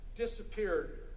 disappeared